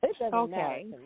okay